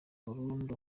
burundu